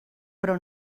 però